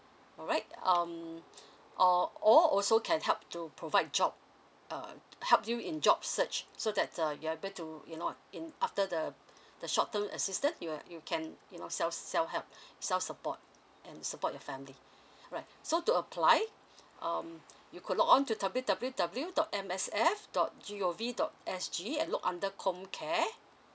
alright um or all also can help to provide job err help you in job search so that uh you are able to you know in after the the short term assistant you uh you can you know self self help self support and support your family alright so to apply um you could go on to W W W dot M S F dot G O V dot S G and look under com care